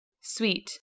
Sweet